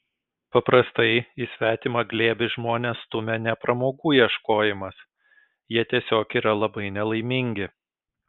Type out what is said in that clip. paprastai į svetimą glėbį žmones stumia ne pramogų ieškojimas jie tiesiog yra labai nelaimingi